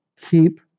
keep